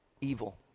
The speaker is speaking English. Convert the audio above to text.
evil